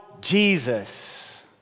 Jesus